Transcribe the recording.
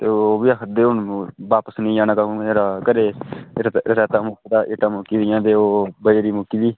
ते ओह् बी आक्खै हून बापस निं जाना घरै ई रेता रेता मुक्की गेदा इट्टां मुक्की गेदियां ते ओह् बज्जरी मुक्की गेदी